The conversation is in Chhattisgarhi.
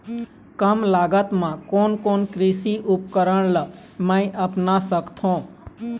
कम लागत मा कोन कोन कृषि उपकरण ला मैं अपना सकथो?